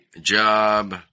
job